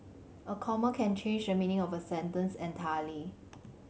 a comma can change the meaning of a sentence entirely